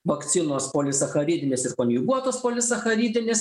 vakcinos polisacharidinės ir konjuguotos polisacharidinės